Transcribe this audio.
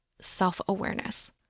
self-awareness